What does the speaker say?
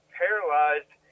paralyzed